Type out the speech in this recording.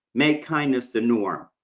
make kindness the norm.